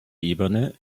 ebene